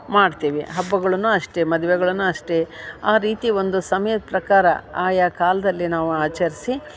ಮಾಡ್ತಿವಿ ಹಬ್ಬಗಳನ್ನು ಅಷ್ಟೆ ಮದುವೆಗಳನ್ನು ಅಷ್ಟೆ ಆ ರೀತಿ ಒಂದು ಸಮಯದ್ ಪ್ರಕಾರ ಆಯಾ ಕಾಲ್ದಲ್ಲಿ ನಾವು ಆಚರಿಸಿ